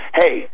hey